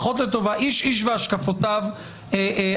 פחות לטובה איש-איש והשקפותיו הפוליטיות.